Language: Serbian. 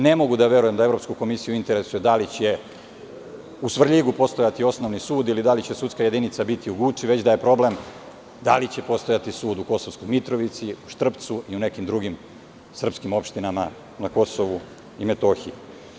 Ne mogu da verujem da Evropsku komisiju interesuje da li će u Svrljigu postojati osnovni sud ili da li će sudska jedinica biti u Guči, već da je problem da li će postojati sud u Kosovskoj Mitrovici, Štrpcu i u nekim drugim srpskim opštinama na Kosovu i Metohiji.